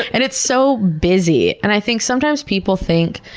and it's so busy, and i think sometimes people think,